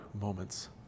moments